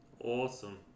Awesome